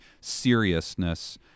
seriousness